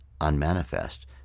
unmanifest